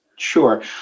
Sure